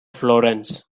florence